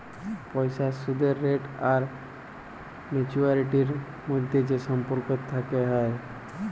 পইসার সুদের রেট আর ম্যাচুয়ারিটির ম্যধে যে সম্পর্ক থ্যাকে হ্যয়